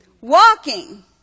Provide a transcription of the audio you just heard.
walking